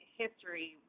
history